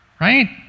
right